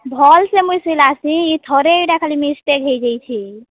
ଭଲ୍ସେ ମୁଇଁ ସିଲାସି ଥରେ ଇଟା ଖାଲି ମିଷ୍ଟେକ୍ ହେଇଯାଇଛେ